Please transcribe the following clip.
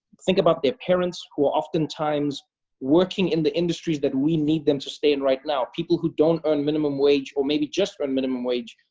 think about their parents, who are oftentimes working in the industries that we need them to stay in right now. people who don't earn minimum wage or maybe just earn minimum wage,